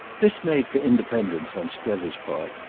this made for independence on strether's part,